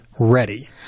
ready